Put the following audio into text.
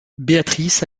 béatrice